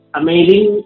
amazing